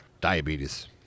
Diabetes